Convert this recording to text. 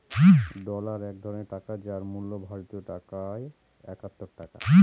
dollar এক ধরনের টাকা যার মূল্য ভারতীয় টাকায় একাত্তর টাকা